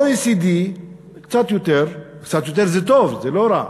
ב-OECD זה קצת יותר, קצת יותר זה טוב, זה לא רע.